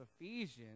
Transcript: Ephesians